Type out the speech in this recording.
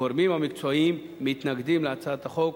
הגורמים המקצועיים מתנגדים להצעת החוק,